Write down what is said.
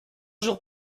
jours